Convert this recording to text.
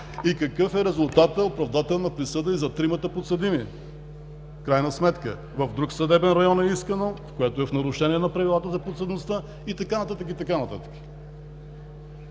и какъв е резултатът – оправдателна присъда за тримата подсъдими. В крайна сметка е искано в друг съдебен район, което в нарушение на правилата за подсъдността, и така нататък,